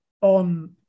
on